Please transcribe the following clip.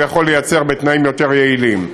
ויכול לייצר בתנאים יותר יעילים.